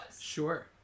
Sure